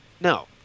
No